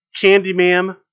Candyman